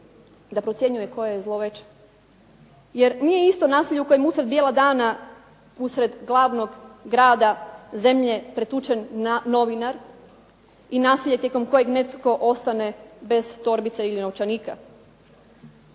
da procjenjuje koje je zlo veće, jer nije isto naselje u kojem usred bijela dana usred glavnog grada zemlje pretučen novinar i naselje tijekom kojeg netko ostane bez torbice ili novčanika